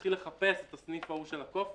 להתחיל לחפש את הסניף ההוא של הקופיקס,